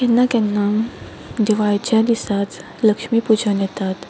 केन्ना केन्ना दिवाळेच्याच दिसा लक्ष्मी पूजन येतात